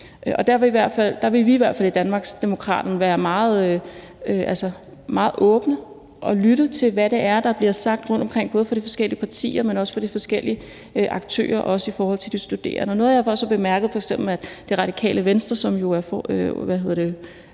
Der vil vi i hvert fald i Danmarksdemokraterne være meget åbne og lytte til, hvad det er, der bliver sagt rundtomkring, både fra de forskellige partier, men også fra de forskellige aktører, også i forhold til de studerende. Noget, jeg har bemærket at f.eks. Radikale Venstre og fru